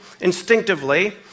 instinctively